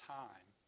time